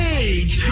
age